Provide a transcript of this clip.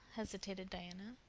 hesitated diana,